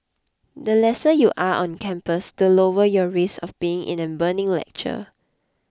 the lesser you are on campus the lower your risk of being in a burning lecture